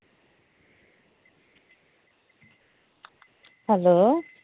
hello